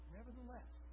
Nevertheless